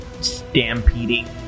stampeding